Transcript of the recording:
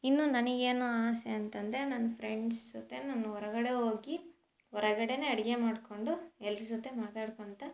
ಇನ್ನು ನನಗೇನೋ ಆಸೆ ಅಂತಂದ್ರೆ ನನ್ನ ಫ್ರೆಂಡ್ಸ್ ಜೊತೆ ನಾನು ಹೊರಗಡೆ ಹೋಗಿ ಹೊರಗಡೆನೇ ಅಡಿಗೆ ಮಾಡಿಕೊಂಡು ಎಲ್ರೂ ಜೊತೆ ಮಾತಾಡ್ಕೊಳ್ತ